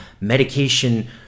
medication